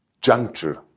juncture